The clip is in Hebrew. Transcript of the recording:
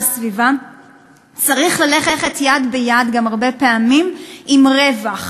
הסביבה צריך הרבה פעמים ללכת יד ביד גם עם רווח,